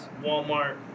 Walmart